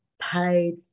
paid